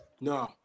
No